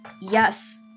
Yes